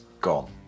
gone